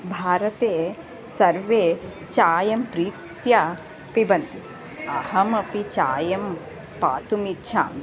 भारते सर्वे चायं प्रीत्या पिबन्ति अहमपि चायं पातुमिच्छामि